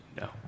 No